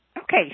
okay